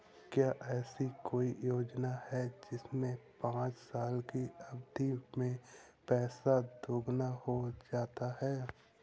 क्या ऐसी कोई योजना है जिसमें पाँच साल की अवधि में पैसा दोगुना हो जाता है?